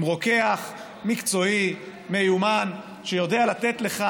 עם רוקח מקצועי, מיומן, שיודע לתת לך